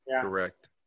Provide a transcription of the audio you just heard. Correct